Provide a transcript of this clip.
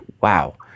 Wow